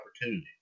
opportunity